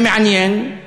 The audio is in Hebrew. זה מעניין,